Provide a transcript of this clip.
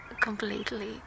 completely